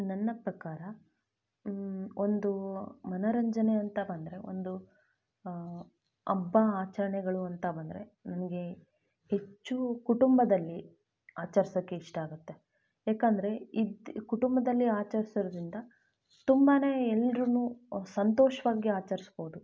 ನನ್ನ ಪ್ರಕಾರ ಒಂದು ಮನರಂಜನೆ ಅಂತ ಬಂದರೆ ಒಂದು ಹಬ್ಬ ಆಚರಣೆಗಳು ಅಂತ ಬಂದರೆ ನನಗೆ ಹೆಚ್ಚು ಕುಟುಂಬದಲ್ಲಿ ಆಚರ್ಸೋಕ್ಕೆ ಇಷ್ಟ ಆಗುತ್ತೆ ಏಕಂದರೆ ಇದು ಕುಟುಂಬದಲ್ಲಿ ಆಚರಿಸೋದ್ರಿಂದ ತುಂಬಾ ಎಲ್ರು ಸಂತೋಷವಾಗಿ ಆಚರಿಸ್ಬೋದು